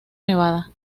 nevada